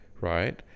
right